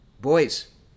Boys